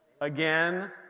again